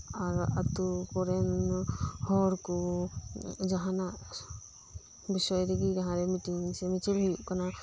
ᱟᱨ ᱟᱛᱩᱠᱚᱨᱮᱱ ᱦᱚᱲᱠᱩ ᱡᱟᱦᱟᱱᱟᱜ ᱵᱤᱥᱚᱭ ᱨᱮᱜᱤ ᱡᱟᱦᱟᱸᱨᱮ ᱢᱤᱴᱤᱝ ᱥᱮ ᱢᱤᱪᱷᱤᱞ ᱦᱩᱭᱩᱜ ᱠᱟᱱᱟ